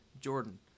Jordan